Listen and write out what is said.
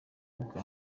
bwa